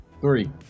Three